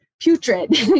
putrid